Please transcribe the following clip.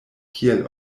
kiel